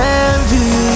envy